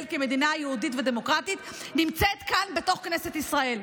כמדינה יהודית ודמוקרטית נמצאת כאן בתוך כנסת ישראל.